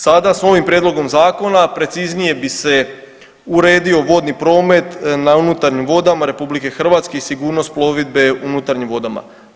Sada s ovim prijedlogom zakona preciznije bi se uredio vodni promet na unutarnjim vodama RH i sigurnost plovidbe unutarnjim vodama.